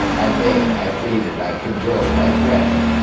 i begged. i pleaded. i cajoled. i threatened.